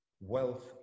wealth